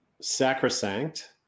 sacrosanct